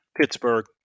Pittsburgh